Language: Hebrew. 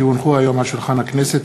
כי הונחו היום על שולחן הכנסת,